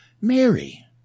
Mary